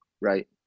Right